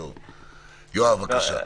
יואב, בבקשה.